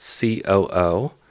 COO